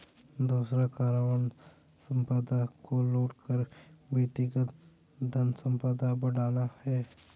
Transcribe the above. दूसरा कारण वन संपदा को लूट कर व्यक्तिगत धनसंपदा बढ़ाना है